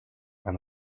and